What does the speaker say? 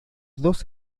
dos